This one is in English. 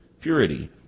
purity